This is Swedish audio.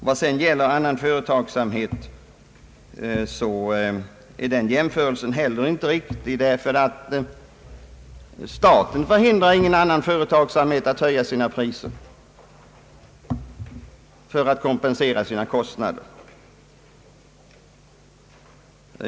Vad sedan gäller annan het är jämförelsen heller inte riktig, därför att staten hindrar ingen företagare att höja sina priser för att kompensera sina kostnader.